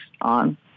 on